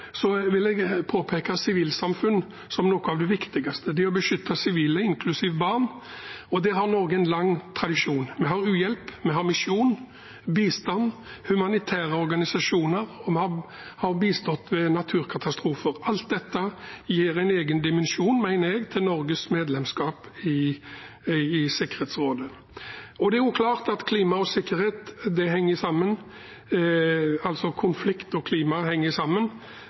vil jeg peke på sivilsamfunn som noe av det viktigste – det å beskytte sivile, inklusiv barn – og der har Norge en lang tradisjon. Vi har u-hjelp, vi har misjon, bistand og humanitære organisasjoner, og vi har bistått ved naturkatastrofer. Alt dette gir en egen dimensjon, mener jeg, til Norges medlemskap i Sikkerhetsrådet. Det er klart at klima og sikkerhet henger sammen, altså at konflikt og klima henger sammen,